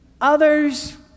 Others